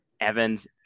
Evans